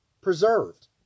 preserved